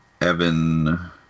Evan